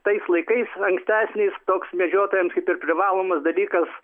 tais laikais ankstesniais toks medžiotojams kaip ir privalomas dalykas